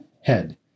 head